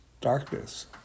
darkness